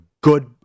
good